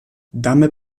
damit